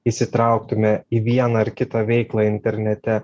įsitrauktume į vieną ar kitą veiklą internete